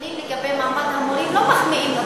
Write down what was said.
הנתונים לגבי מעמד המורים לא מחמיאים.